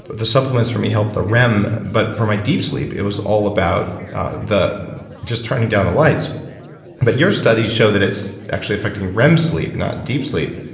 the supplements for me help the rem, but for my deep sleep, it was all about just turning down the lights but your studies show that it's actually affecting rem sleep, not deep sleep.